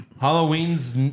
Halloween's